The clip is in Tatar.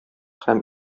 һәм